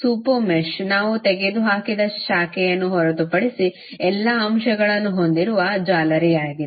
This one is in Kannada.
ಸೂಪರ್ ಮೆಶ್ ನಾವು ತೆಗೆದುಹಾಕಿದ ಶಾಖೆಯನ್ನು ಹೊರತುಪಡಿಸಿ ಎಲ್ಲಾ ಅಂಶಗಳನ್ನು ಹೊಂದಿರುವ ಜಾಲರಿಯಾಗಿದೆ